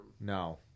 No